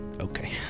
okay